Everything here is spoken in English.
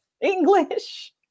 English